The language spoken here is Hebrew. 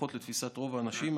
לפחות לתפיסת רוב האנשים,